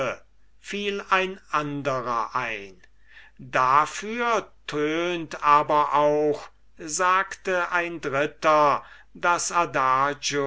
fiel ein anderer ein dafür tönt aber auch sagte ein dritter das